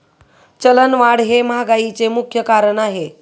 चलनवाढ हे महागाईचे मुख्य कारण आहे